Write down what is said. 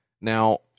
Now